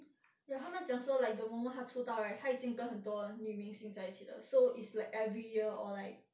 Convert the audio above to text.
ya 他们讲 so like the moment 他出道 right 他已经跟很多女明星在一起了 so is like every year or like